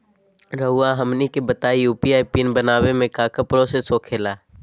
रहुआ हमनी के बताएं यू.पी.आई पिन बनाने में काका प्रोसेस हो खेला?